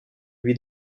lui